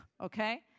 okay